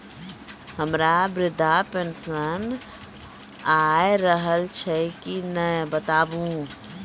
हमर वृद्धा पेंशन आय रहल छै कि नैय बताबू?